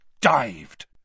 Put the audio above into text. dived